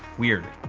weird.